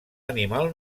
animal